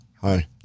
hi